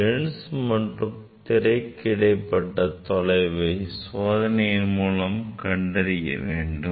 lens மற்றும் திரைக்கு இடைப்பட்ட தொலைவை சோதனையின் மூலம் நாம் கண்டறியவேண்டும்